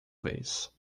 vez